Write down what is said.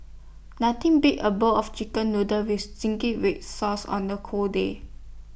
nothing beats A bowl of Chicken Noodles with Zingy Red Sauce on the cold day